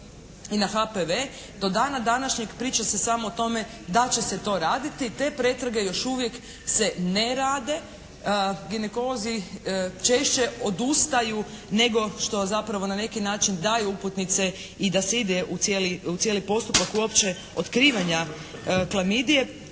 i na HPV. Do dana današnjeg priča se samo o tome da će se to raditi. Te pretrage još uvijek se ne rade. Ginekolozi češće odustaju nego što zapravo na neki način daju uputnice i da se ide u cijeli postupak uopće otkrivanja klamidije,